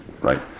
right